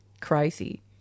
crazy